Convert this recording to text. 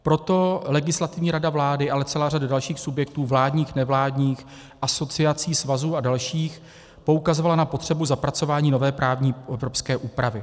Proto Legislativní rada vlády, ale i celá řada dalších subjektů, vládních, nevládních, asociací, svazů a dalších, poukazovala na potřebu zapracování nové právní evropské úpravy.